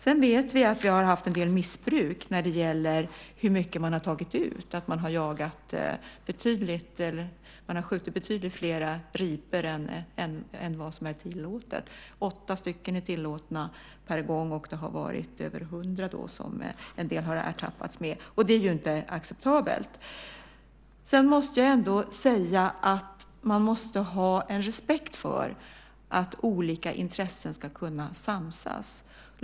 Vi vet att det har funnits en del missbruk när det gäller hur mycket man har tagit ut. Man har skjutit betydligt fler ripor än vad som är tillåtet. Åtta stycken är tillåtna per gång, och en del har ertappats med över 100. Det är inte acceptabelt. Man måste ändå ha respekt för att olika intressen ska kunna samsas.